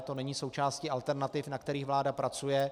To není součástí alternativ, na kterých vláda pracuje.